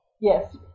Yes